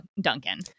Duncan